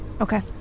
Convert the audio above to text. Okay